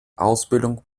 ausbildung